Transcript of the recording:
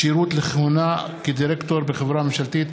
כשירות לכהונה כדירקטור בחברה ממשלתית),